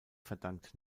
verdankt